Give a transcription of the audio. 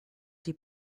die